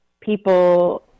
people